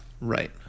right